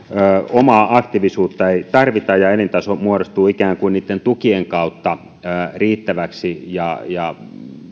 omaa aktiivisuutta ei tarvita ja elintaso muodostuu ikään kuin niitten tukien kautta riittäväksi ja ja